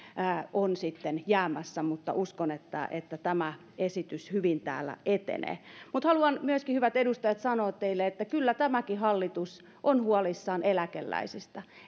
on jäämässä mutta uskon että että tämä esitys hyvin täällä etenee haluan myöskin hyvät edustajat sanoa teille että kyllä tämäkin hallitus on huolissaan eläkeläisistä